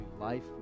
life